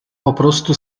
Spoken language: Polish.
poprostu